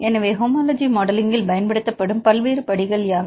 எனவே ஹோமோலஜி மாடலிங்கில் பயன்படுத்தப்படும் பல்வேறு படிகள் யாவை